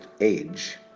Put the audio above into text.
age